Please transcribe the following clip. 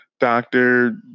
doctor